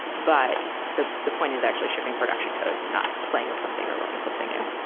but the the point is actually shipping production code not playing with something or learning something new.